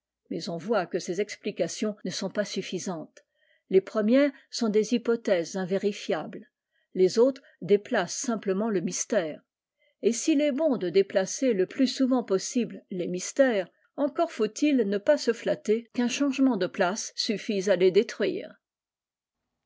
mais on voit que ces explications ne sont pas suffisantes les premières sont des hypothèses inv ables les autres déplacent simplement le a jre et s'il est bon de déplacer le plus souv possible les mystères encore faut-il ne pas se flatter qu'un changement de place suffise à les détruire